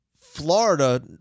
Florida